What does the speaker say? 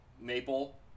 maple